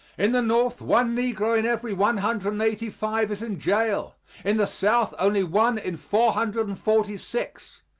in the north, one negro in every one hundred and eighty five is in jail in the south, only one in four hundred and forty six.